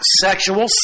sexual